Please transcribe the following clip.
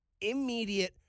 immediate